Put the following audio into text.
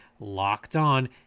LOCKEDON